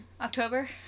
October